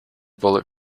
bullet